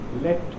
let